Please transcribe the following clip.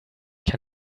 kann